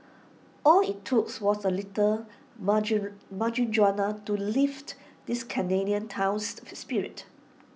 all IT took was A little marijuana to lift this Canadian town's spirits